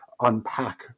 unpack